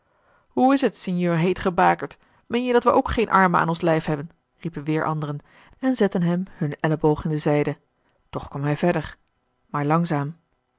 hoe is t sinjeur heet gebakerd meen je dat we ook geen armen aan ons lijf hebben riepen weêr anderen en zetten hem hun elleboog in de zijde toch kwam hij verder maar langzaam